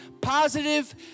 positive